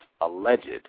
alleged